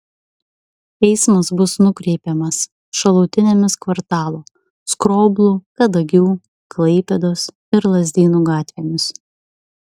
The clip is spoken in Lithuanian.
eismas bus nukreipiamas šalutinėmis kvartalo skroblų kadagių klaipėdos ir lazdynų gatvėmis